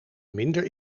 minder